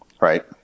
right